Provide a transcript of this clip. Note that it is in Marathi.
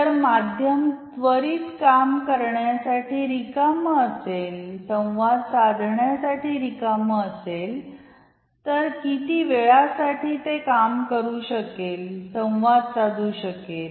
जर माध्यम त्वरित काम करण्यासाठी रिकामे असेल संवाद साधण्यासाठी रिकाम असेल तर किती वेळासाठी ते काम करू शकेल संवाद साधू शकेल